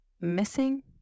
missing